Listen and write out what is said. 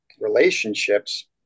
relationships